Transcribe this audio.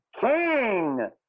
king